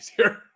easier